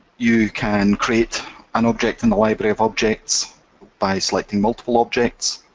you can create an object in the library of objects by selecting multiple objects,